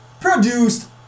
produced